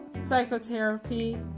psychotherapy